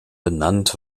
benannt